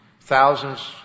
thousands